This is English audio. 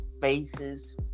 faces